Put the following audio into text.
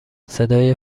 صدای